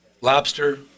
Lobster